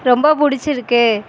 ரொம்ப பிடிச்சிருக்கு